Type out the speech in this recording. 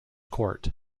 court